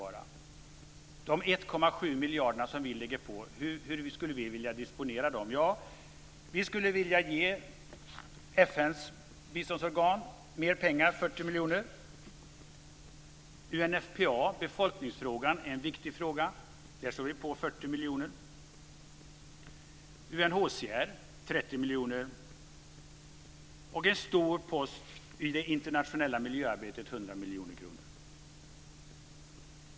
Hur skulle vi vilja disponera de 1,7 miljarder som vi lägger till? Vi skulle vilja ge FN:s biståndsorgan mer pengar, 40 miljoner. Befolkningsfrågan är en viktig fråga, och för UNFPA lägger vi till 40 miljoner. UNHCR får ytterligare 30 miljoner. En stor post, 100 miljoner kronor, går till det internationella miljöarbetet.